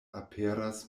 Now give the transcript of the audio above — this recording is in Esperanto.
aperas